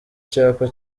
cyapa